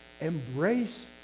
embrace